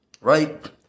Right